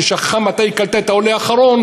ששכחה מתי היא קלטה את העולה האחרון,